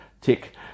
Tick